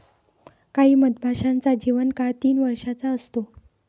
काही मधमाशांचा जीवन काळ तीन वर्षाचा असतो